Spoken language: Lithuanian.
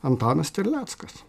antanas terleckas